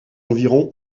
environ